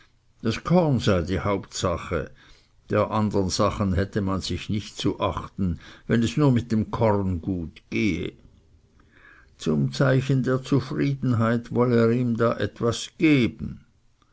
das korn sei die hauptsache der andern sachen hätte man sich nicht zu achten wenn es nur mit dem korn gut gehe zum zeichen der zufriedenheit wolle er ihm da etwas geben